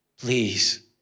please